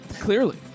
Clearly